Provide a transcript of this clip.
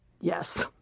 Yes